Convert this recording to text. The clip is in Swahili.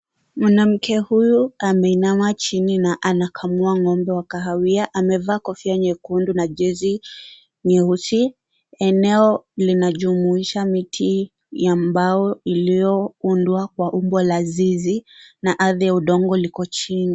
Mwanamke huyu ameinama chini na anakamua ngombe ya kahawia, amevaa kofia nyekundu na jersey nyeusi, eneo linajumuisha miti ya mbao iliyoundwa kwa umbo la zizi na ardhi ya udongo liko chini.